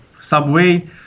subway